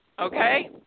Okay